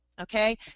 Okay